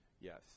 Yes